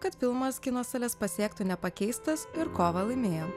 kad filmas kino sales pasiektų nepakeistas ir kovą laimėjo